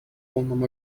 полном